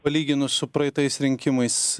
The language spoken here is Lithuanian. palyginus su praeitais rinkimais